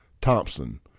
Thompson